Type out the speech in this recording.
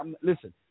listen